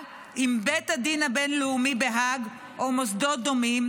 עם בית הדין הבין-לאומי בהאג או עם מוסדות דומים,